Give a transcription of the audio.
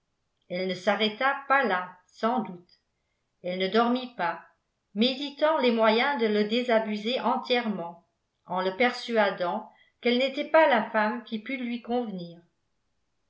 elle ne s'arrêta pas là sans doute elle ne dormit pas méditant les moyens de le désabuser entièrement en le persuadant qu'elle n'était pas la femme qui pût lui convenir